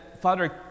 Father